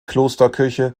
klosterkirche